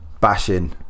bashing